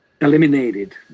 eliminated